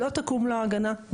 לא תקום לו ההגנה.